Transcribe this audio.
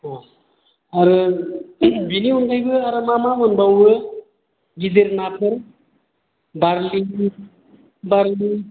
अ आरो बिनि अनगायैबो आरो मा मा मोनबावो गिदिर नाफोर बार्लि बार्लि